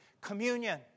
communion